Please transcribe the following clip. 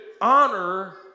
honor